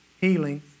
Healing